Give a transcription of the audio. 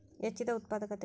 ಹೆಚ್ಚಿದ ಉತ್ಪಾದಕತೆ